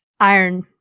Iron